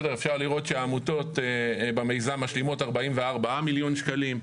אפשר לראות שהעמותות במיזם משלימות 44 מיליון שקלים,